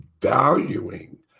valuing